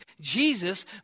Jesus